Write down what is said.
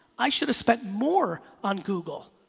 i should've spent more on google.